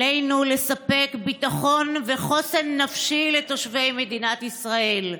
עלינו לספק ביטחון וחוסן נפשי לתושבי מדינת ישראל.